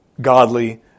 godly